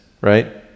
right